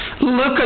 Look